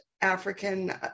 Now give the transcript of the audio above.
African